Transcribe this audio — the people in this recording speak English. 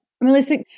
Melissa